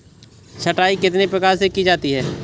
छँटाई कितने प्रकार से की जा सकती है?